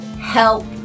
help